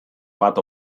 bat